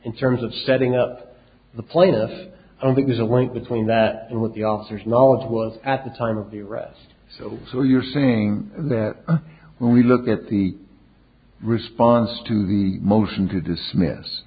in terms of setting up the plaintiffs i don't think there's a link between that and what the officers knowledge was at the time of the rest so you're saying that when we look at the response to the motion to dismiss